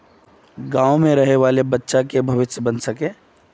गाँव में रहे वाले बच्चा की भविष्य बन सके?